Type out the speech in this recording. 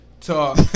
Talk